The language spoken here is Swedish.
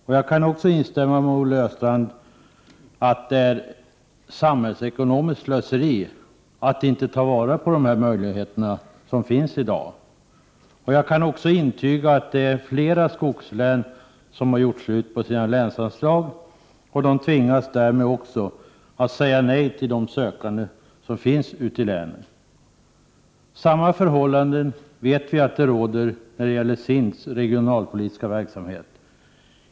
Jag instämmer med Olle Östrand när han säger att det är ett samhällsekonomiskt slöseri att inte ta till vara de möjligheter som finns i dag. Jag kan också intyga att flera skogslän har gjort slut på sina länsanslag och därför tvingats säga nej till de sökande som finns ute i länen. Vi vet att det råder samma förhållande när det gäller SIND:s regionalpolitiska verksamhet.